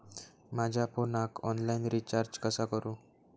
माझ्या फोनाक online recharge कसा करू?